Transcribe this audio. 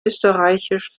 österreichisch